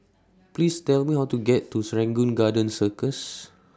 Please Tell Me How to get to Serangoon Garden Circus